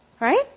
Right